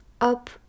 up